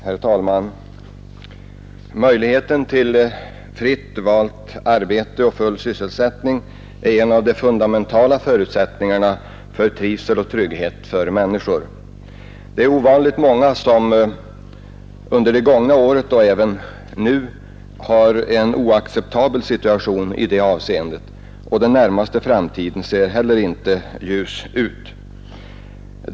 Herr talman! Möjligheten till fritt valt arbete och full sysselsättning är en av de fundamentala förutsättningarna för människornas trivsel och trygghet. Ovanligt många har under det gångna året varit i en oacceptabel situation i det avseendet. Den närmaste framtiden ser heller inte ljus ut.